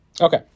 Okay